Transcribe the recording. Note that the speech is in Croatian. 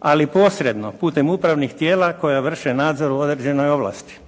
ali posredno putem upravnih tijela koja vrše nadzor u određenoj ovlasti.